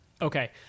Okay